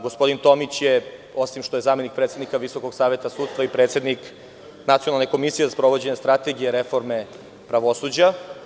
Gospodin Tomić je, osim što je zamenik predsednik Visokog saveta sudstva, i predsednik Nacionalne komisije za sprovođenje Strategije reforme pravosuđa.